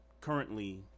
currently